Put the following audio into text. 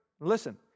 Listen